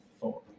four